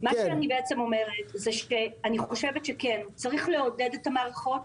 אני חושבת שצריך לעודד את המערכות,